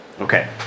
Okay